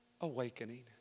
awakening